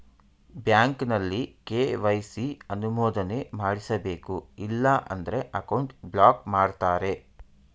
ಬ್ಯಾಂಕಲ್ಲಿ ಕೆ.ವೈ.ಸಿ ಅನುಮೋದನೆ ಮಾಡಿಸಬೇಕು ಇಲ್ಲ ಅಂದ್ರೆ ಅಕೌಂಟ್ ಬ್ಲಾಕ್ ಮಾಡ್ತಾರೆ